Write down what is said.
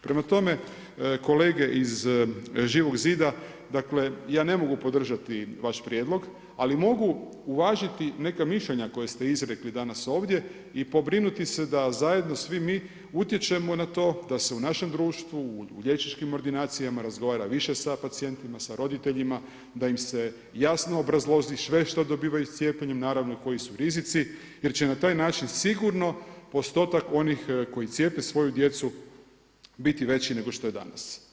Prema tome, kolege iz Živog zida, dakle, ja ne mogu podržati vaš prijedlog, ali mogu uvažiti neka mišljenja koja se izrekli danas ovdje i pobrinuti se da zajedno svi mi utječemo na to da se u u našem društvu, u liječničkim ordinacijama razgovara više sa pacijentima, sa roditeljima da im se jasno obrazloži sve što dobivaju s cijepljenjem naravno i koji su rizici, jer će na taj način sigurno postotak onih koji cijepe svoju djecu biti veći nego što je danas.